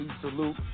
salute